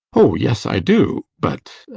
oh yes, i do but